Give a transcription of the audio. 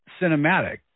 cinematic